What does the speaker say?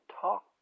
talk